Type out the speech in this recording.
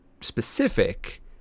specific